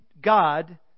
God